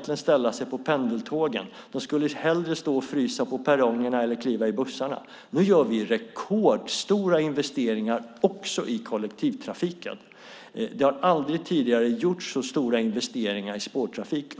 skulle ställa sig på pendeltågen, att de hellre skulle stå och frysa på perrongerna eller kliva på bussarna. Nu gör vi rekordstora investeringar också i kollektivtrafiken. Det har aldrig tidigare gjorts så stora investeringar i spårtrafik.